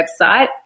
website